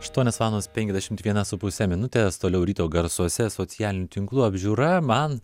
aštuonios valandos penkiasdešimt viena su puse minutės toliau ryto garsuose socialinių tinklų apžiūra man